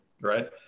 Right